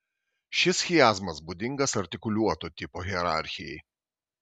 šis chiazmas būdingas artikuliuoto tipo hierarchijai